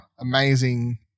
Amazing